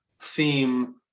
theme